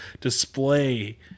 display